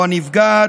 או הנפגעת,